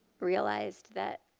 realized that